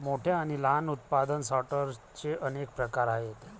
मोठ्या आणि लहान उत्पादन सॉर्टर्सचे अनेक प्रकार आहेत